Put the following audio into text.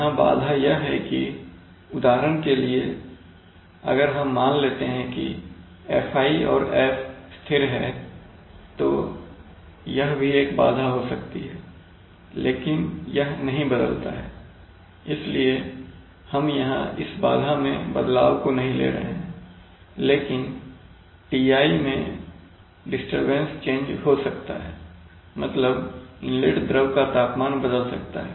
यहां बाधा यह है कि उदाहरण के लिए अगर हम मान लेते हैं कि Fi और F स्थिर है तो यह भी एक बाधा हो सकती है लेकिन यह नहीं बदलता है इसलिए हम यहां इस बाधा में बदलाव को नहीं ले रहे हैं लेकिन Ti मैं डिस्टरबेंस चेंज हो सकता है मतलब इनलेट द्रव का तापमान बदल सकता है